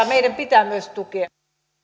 meidän myös pitää tukea